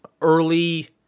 early